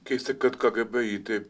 keista kad kgb jį taip